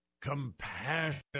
Compassion